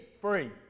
free